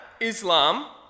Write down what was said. Islam